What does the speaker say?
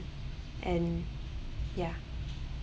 and ya